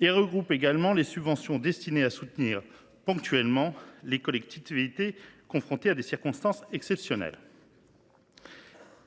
Ils regroupent également les subventions destinées à soutenir ponctuellement les collectivités confrontées à des circonstances exceptionnelles.